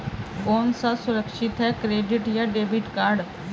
कौन सा सुरक्षित है क्रेडिट या डेबिट कार्ड?